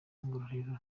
ngororero